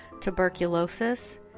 tuberculosis